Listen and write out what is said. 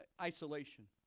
isolation